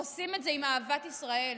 עושים את זה עם אהבת ישראל,